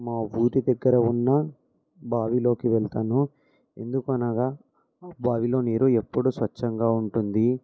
మా ఊరి దగ్గర ఉన్న బావిలోకి వెళ్తాను ఎందుకు అనగా బావిలో నీరు ఎప్పుడు స్వచ్ఛంగా ఉంటుంది